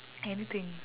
anything